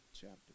chapter